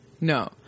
No